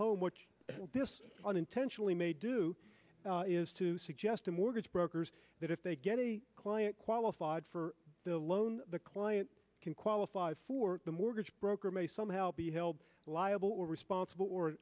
which this unintentionally may do is to suggest a mortgage brokers that if they get a client qualified for the loan the client can qualify for the mortgage broker may somehow be held liable responsible or